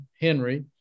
Henry